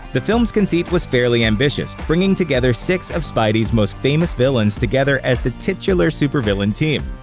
the film's conceit was fairly ambitious, bringing together six of spidey's most famous villains together as the titular supervillain team.